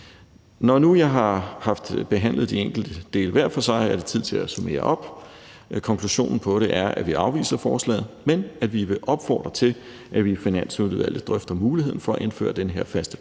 Når jeg nu har behandlet de enkelte dele hver for sig, er det tid til at summere op. Konklusion på det er, at vi afviser forslaget, men at vi vil opfordre til, at vi i Finansudvalget drøfter muligheden for at indføre den her faste praksis